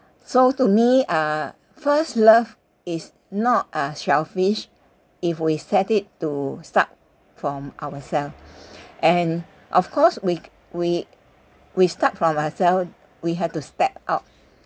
so to me uh first love is not uh selfish if we set it to start from ourselves and of course we we we start from ourselves we had to step out